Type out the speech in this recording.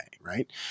right